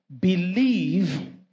Believe